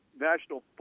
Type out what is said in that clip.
National